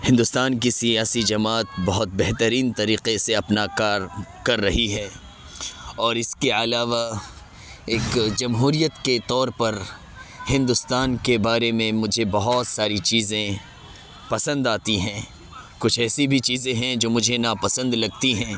ہندوستان کی سیاسی جماعت بہت بہترین طریقے سے اپنا کار کر رہی ہے اور اس کے علاوہ ایک جمہوریت کے طور پر ہندوستان کے بارے میں مجھے بہت ساری چیزیں پسند آتی ہیں کچھ ایسی بھی چیزیں ہیں جو مجھے ناپسند لگتی ہیں